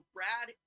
Brad